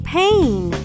pain